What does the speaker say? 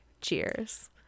Cheers